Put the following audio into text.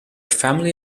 family